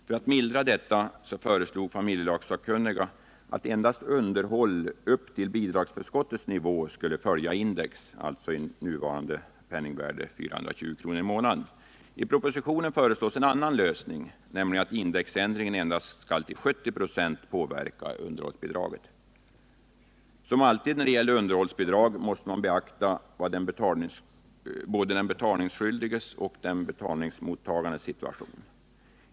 För att mildra detta föreslog familjelagssakkunniga att endast underhåll upp till bidragsförskottets nivå skulle följa index-utvecklingen, alltså i nuvarande penningvärde 420 kr. per månad. I propositionen föreslås en annan lösning, nämligen att indexändringen endast till 70 96 skall påverka underhållsbidraget. Som alltid när det gäller underhållsbidrag måste man beakta både den betalningsskyldiges och den betalningsmottagandes situation.